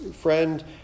friend